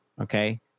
okay